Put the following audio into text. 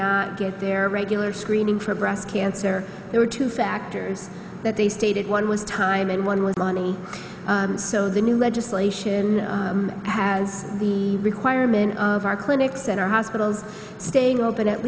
not get their regular screening for breast cancer there were two factors that they stated one was time and one with money and so the new legislation has the requirement of our clinics and our hospitals staying open at